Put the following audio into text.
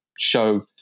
show